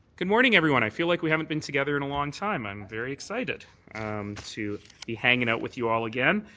good morning, everyone. i feel like we haven't been together in a long time. i'm very excited to be hanging out with you all again.